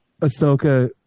Ahsoka